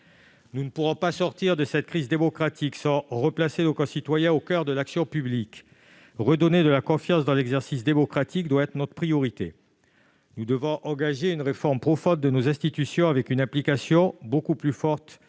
Nous ne pourrons sortir de cette crise démocratique sans replacer nos concitoyens au coeur de l'action publique. Redonner de la confiance dans l'exercice démocratique doit être notre priorité. Nous devons engager une réforme profonde de nos institutions avec une implication beaucoup plus forte